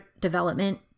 development